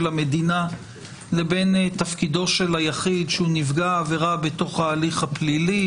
המדינה לבין תפקידו של היחיד שהוא נפגע עבירה בתוך ההליך הפלילי.